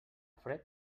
fred